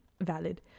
valid